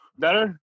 better